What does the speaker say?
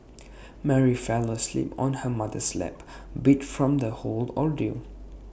Mary fell asleep on her mother's lap beat from the whole ordeal